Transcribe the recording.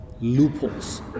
loopholes